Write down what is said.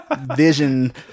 vision